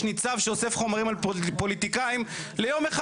ניצב שאוסף חומרים על פוליטיקאים ליום אחד?